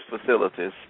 facilities